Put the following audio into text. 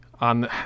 on